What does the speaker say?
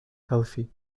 healthy